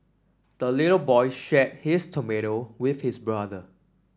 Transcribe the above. the little boy shared his tomato with his brother